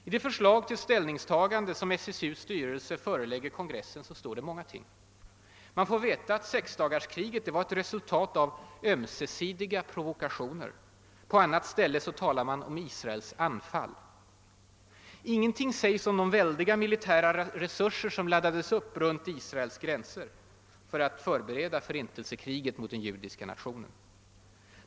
I det förslag till ställningstagande som SSU:s styrelse förelägger kongressen står det många ting. Man får veta att sexdagarskriget var resultat av >ömsesidiga provokationer>; på ett annat ställe talar man om Israels »anfall«. Ingenting sägs om de väldiga militära resurser som laddades upp runt Israels gränser för att förbereda förintelsekriget mot den judiska nationen.